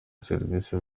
servisi